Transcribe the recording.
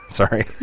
sorry